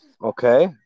Okay